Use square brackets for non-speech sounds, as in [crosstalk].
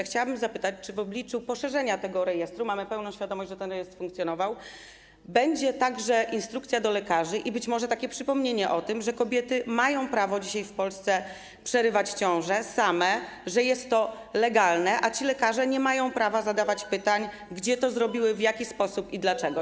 Chciałabym zapytać, czy w obliczu poszerzenia tego rejestru - mamy pełną świadomość, że ten rejestr funkcjonował - będzie także instrukcja dla lekarzy i być może przypomnienie o tym, że dzisiaj kobiety w Polsce mają prawo przerywać ciążę same, że jest to legalne, a ci lekarze nie mają prawa zadawać pytań, [noise] gdzie to zrobiły, w jaki sposób i dlaczego.